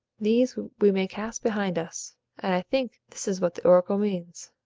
these we may cast behind us and i think this is what the oracle means.